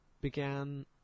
began